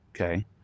okay